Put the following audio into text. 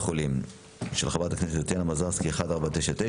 חולים של חברת הכנסת טטיאנה מזרסקי 1499/25,